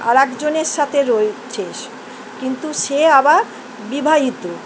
আর একজনের সাথে রয়েছে কিন্তু সে আবার বিবাহিত